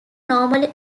normally